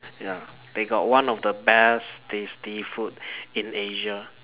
ya they got one of the best tasty food in Asia